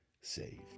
saved